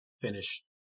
finish